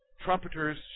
trumpeters